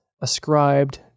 ascribed